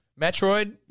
Metroid